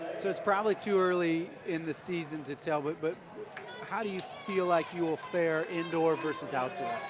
so it's probably too early in the season to tell. but but how do you feel like you will fare indoor vs. outdoor?